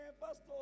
pastor